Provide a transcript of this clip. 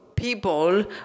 People